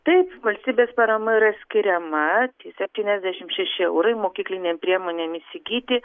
taip valstybės parama yra skiriama septyniasdešim šeši eurai mokyklinėm priemonėm įsigyti